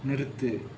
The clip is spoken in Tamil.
நிறுத்து